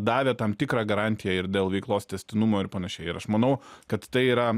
davė tam tikrą garantiją ir dėl veiklos tęstinumo ir panašiai ir aš manau kad tai yra